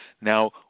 Now